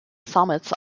summits